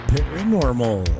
Paranormal